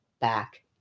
back